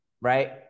Right